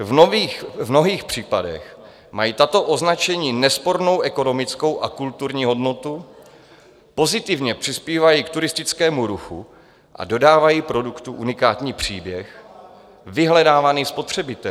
V mnohých případech mají tato značení nespornou ekonomickou a kulturní hodnotu, pozitivně přispívají k turistickému ruchu a dodávají produktu unikátní příběh vyhledávaný spotřebiteli.